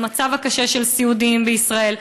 למצב הקשה של סיעודיים בישראל,